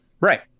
Right